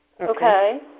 Okay